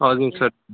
हजुर सर